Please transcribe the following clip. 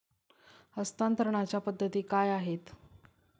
हस्तांतरणाच्या पद्धती काय आहेत?